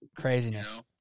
craziness